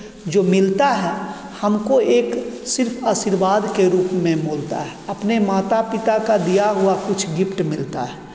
जो मिलता है हमको एक सिर्फ आशीर्वाद के रूप में मिलता है अपने माता पिता का दिया हुआ कुछ गिफ्ट मिलता है